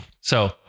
So-